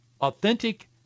authentic